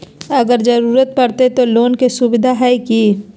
अगर जरूरत परते तो लोन के सुविधा है की?